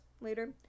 later